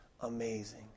amazing